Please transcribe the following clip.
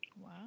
Wow